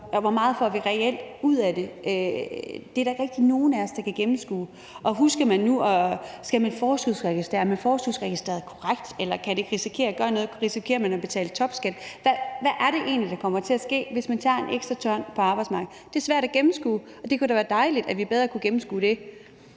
Hvor meget får vi reelt ud af det? Det er der ikke rigtig nogen af os der kan gennemskue. Skal man forskudsregistrere, er man forskudsregistreret korrekt, eller kan det risikere at gøre noget, risikerer man at betale topskat? Hvad er det egentlig, der kommer til at ske, hvis man tager en ekstra tørn på arbejdsmarkedet? Det er svært at gennemskue, og det kunne da være dejligt, at vi bedre kunne gennemskue det.